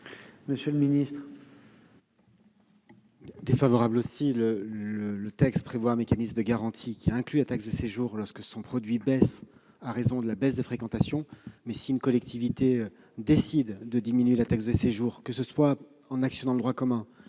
Quel est l'avis du Gouvernement ? Le texte prévoit un mécanisme de garantie, qui inclut la taxe de séjour lorsque son produit baisse en raison de la diminution de fréquentation. Si une collectivité décide de diminuer la taxe de séjour, que ce soit en actionnant le droit commun